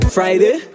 Friday